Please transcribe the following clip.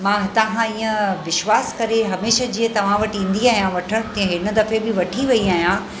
मां हितां खां ईअं विश्वास करे हमेशह जीअं तव्हां वटि ईंदी आयां वठण ते हिन दफ़े बि वठी वई आहियां